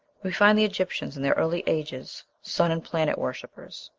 we find the egyptians in their early ages sun and planet worshippers.